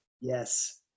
Yes